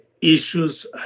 issues